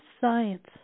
science